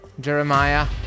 Jeremiah